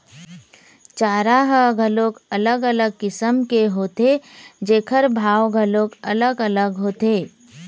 चारा ह घलोक अलग अलग किसम के होथे जेखर भाव घलोक अलग अलग होथे